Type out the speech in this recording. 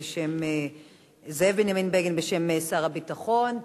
בשם שר הביטחון.